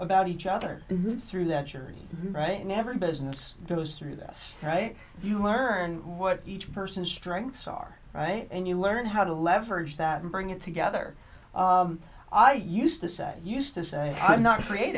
about each other through that you're right never business goes through this right you learn what each person strengths are right and you learn how to leverage that and bring it together i used to say used to say i'm not